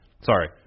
Sorry